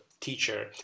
teacher